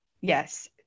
Yes